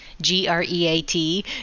G-R-E-A-T